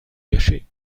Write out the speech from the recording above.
cacher